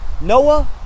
Noah